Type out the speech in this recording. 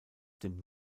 dem